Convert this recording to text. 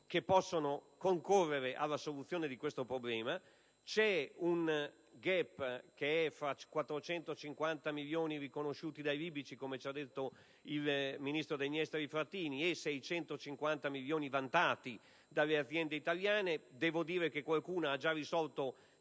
che possono concorrere alla soluzione del problema. C'è un *gap* fra i 450 milioni riconosciuti dai libici ‑ come ci ha detto il ministro degli affari esteri Frattini ‑ e i 650 milioni vantati dalle aziende italiane. Devo dire che qualcuna ha già risolto